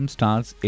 Stars